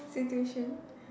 situation